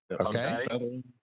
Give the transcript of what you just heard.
Okay